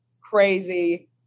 crazy